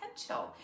potential